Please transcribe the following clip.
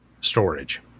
storage